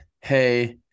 hey